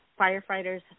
firefighters